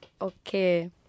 Okay